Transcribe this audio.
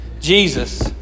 Jesus